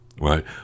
Right